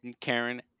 Karen